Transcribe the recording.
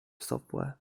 software